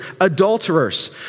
adulterers